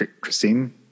Christine